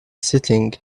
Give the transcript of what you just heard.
setting